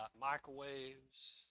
Microwaves